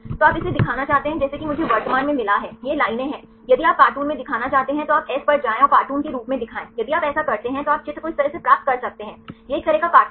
तो आप इसे दिखाना चाहते हैं जैसा कि मुझे वर्तमान में मिला है यह लाइनें हैं यदि आप कार्टून में दिखाना चाहते हैं तो आप एस पर जाएं और कार्टून के रूप में दिखाएं यदि आप ऐसा करते हैं तो आप चित्र को इस तरह से प्राप्त कर सकते हैं यह एक तरह का कार्टून है